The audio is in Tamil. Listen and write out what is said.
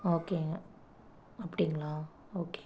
ஓகேங்க அப்படிங்களா ஓகே